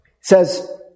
says